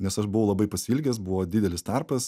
nes aš buvau labai pasiilgęs buvo didelis tarpas